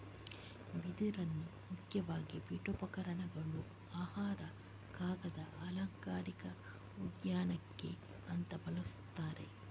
ಬಿದಿರನ್ನ ಮುಖ್ಯವಾಗಿ ಪೀಠೋಪಕರಣಗಳು, ಆಹಾರ, ಕಾಗದ, ಅಲಂಕಾರಿಕ ಉದ್ಯಾನಕ್ಕೆ ಅಂತ ಬಳಸ್ತಾರೆ